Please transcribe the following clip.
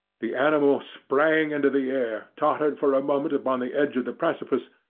the animal sprang into the air, tottered for a moment upon the edge of the precipice,